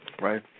Right